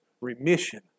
remission